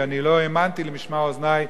ואני לא האמנתי למשמע אוזני,